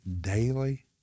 daily